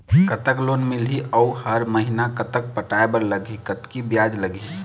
कतक लोन मिलही अऊ हर महीना कतक पटाए बर लगही, कतकी ब्याज लगही?